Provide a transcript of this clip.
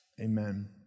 Amen